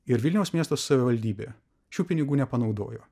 ir vilniaus miesto savivaldybė šių pinigų nepanaudojo